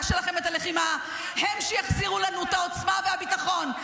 שלכם את הלחימה הם שיחזירו לנו את העוצמה והביטחון.